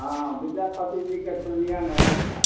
हँ विद्यापति जीके सुनलियनि हँ आओर